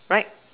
right